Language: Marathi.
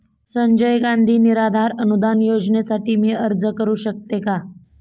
संजय गांधी निराधार अनुदान योजनेसाठी मी अर्ज करू शकते का?